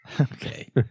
Okay